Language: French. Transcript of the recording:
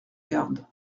garde